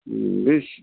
बै